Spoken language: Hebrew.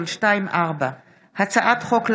פ/2253/24 וכלה בהצעת חוק פ/2285/24: